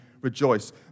rejoice